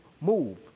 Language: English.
move